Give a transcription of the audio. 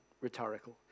rhetorical